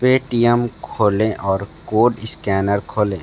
Paytm खोलें और code scanner खोलें